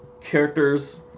characters